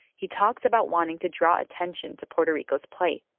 he talks about wanting to draw attention to puerto rico's plight,